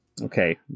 Okay